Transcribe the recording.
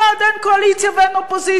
אין קואליציה ואין אופוזיציה.